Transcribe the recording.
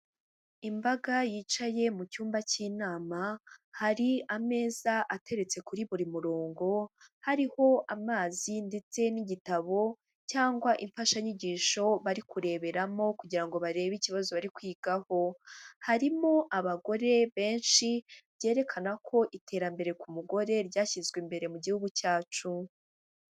Imbaga yicaye mu cyumba cy'inama, hari ameza ateretse kuri buri murongo, hariho amazi ndetse n'igitabo, cyangwa imfashanyigisho bari kureberamo kugira ngo barebe ikibazo bari kwigaho. Harimo abagore benshi, byerekana ko iterambere ku mugore ryashyizwe imbere mu gihugu cyacu.